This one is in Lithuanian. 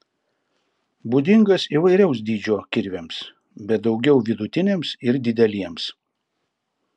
būdingas įvairaus dydžio kirviams bet daugiau vidutiniams ir dideliems